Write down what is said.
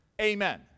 Amen